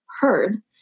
heard